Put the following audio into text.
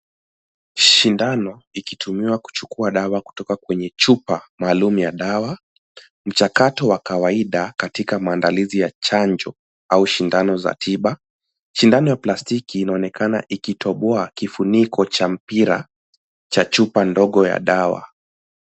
Shindano ikitumiwa kuchukua dawa kutoka kwenye chupa maalum ya dawa. Mchakato wa kawaida katika maandalizi ya chanjo au shindano za tiba. Shindano ya plastiki inaonekana ikitoboa kifuniko cha mpira cha chupa ndogo ya dawa.